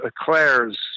Claire's